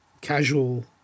casual –